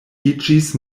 iĝis